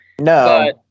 No